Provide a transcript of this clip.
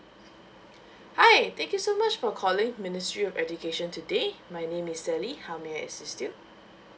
hi thank you so much for calling ministry of education today my name is sally how may I assist you